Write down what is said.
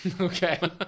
okay